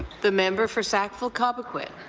the member for sackville-cobequid.